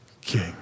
king